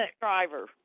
driver